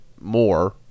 more